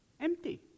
empty